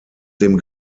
dem